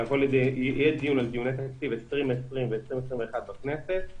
כשיהיה דיון על תקציב 2020 ו-2021 בכנסת,